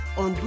on